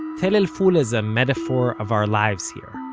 tell el-ful is a metaphor of our lives here